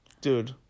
dude